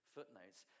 footnotes